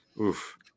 Oof